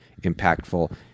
impactful